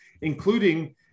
including